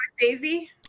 Daisy